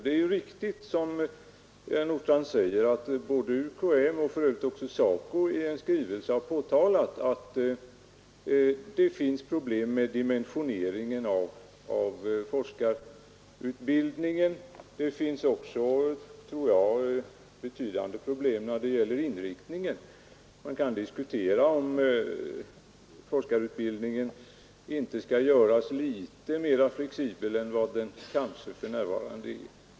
Det är riktigt som herr Nordstrandh säger att UKÄ och för övrigt även SACO i en skrivelse har påtalat att det finns problem med dimensioneringen av forskarutbildningen. Det finns också, tror jag, betydande problem när det gäller inriktningen. Man kan diskutera om forskarutbildningen inte skall göras litet mer flexibel än den kanske för närvarande är.